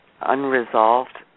unresolved